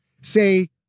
Say